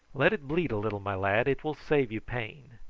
let it bleed a little, my lad it will save you pain.